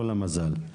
לא למזל.